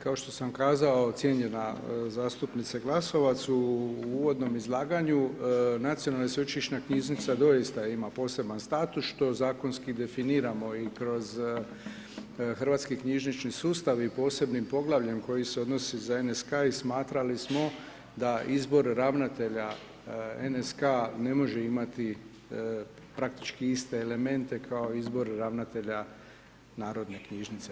Kao što sam kazao cijenjena zastupnice Glasovac u uvodnom izlaganju, Nacionalna sveučilišna knjižnica doista ima poseban status što zakonski definiramo i kroz hrvatski knjižnični sustav i posebnim poglavljem koji se odnosi NSK i smatrali smo da izbor ravnatelja NSK ne može imati praktički iste elemente kao izbor ravnatelja Narodne knjižnice.